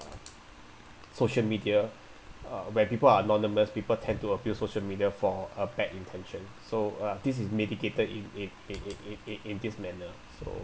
social media uh where people are anonymous people tend to abuse social media for a bad intention so uh this is mitigated in in in in in in this manner so